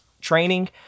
training